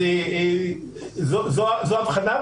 זו האבחנה,